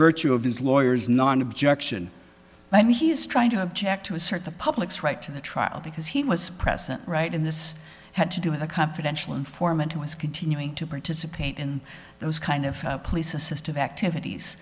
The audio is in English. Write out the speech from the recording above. virtue of his lawyers non objection when he is trying to object to assert the public's right to the trial because he was present right in this had to do with a confidential informant who was continuing to participate in those kind of place a system activities